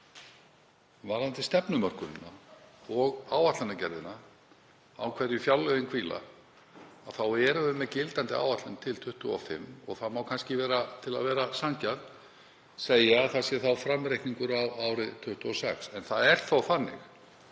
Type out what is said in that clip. varðandi stefnumörkun og áætlunargerð, á hverju fjárlögin hvíla, þá erum við með gildandi áætlun til 2025 og það má kannski segja, til að vera sanngjarn, að það sé þá framreikningur á árið 2026. En það er þó þannig